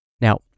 Now